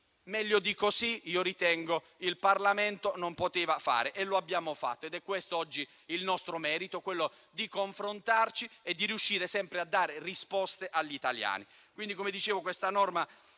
Meglio di così io ritengo che il Parlamento non potesse fare. Lo abbiamo fatto ed è oggi nostro merito confrontarci e riuscire sempre a dare risposte agli italiani.